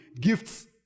gifts